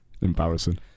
Embarrassing